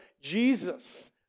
Jesus